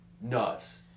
nuts